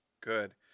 good